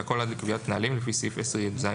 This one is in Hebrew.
והכול עד לקביעת נהלים לפי סעיף 10יז(ב).